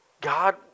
God